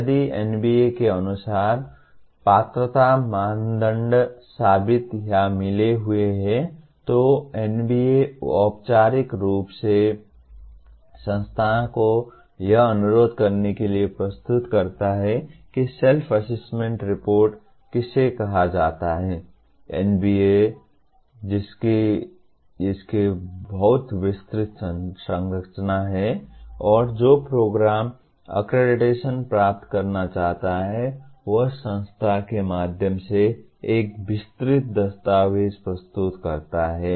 यदि एनबीए के अनुसार पात्रता मानदंड साबित या मिले हुए हैं तो NBA औपचारिक रूप से संस्था को यह अनुरोध करने के लिए प्रस्तुत करता है कि सेल्फ असेसमेंट रिपोर्ट किसे कहा जाता है जिसमें इसकी बहुत विस्तृत संरचना है और जो प्रोग्राम अक्रेडिटेशन प्राप्त करना चाहता है वह संस्था के माध्यम से एक विस्तृत दस्तावेज प्रस्तुत करता है